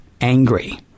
angry